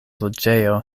loĝejo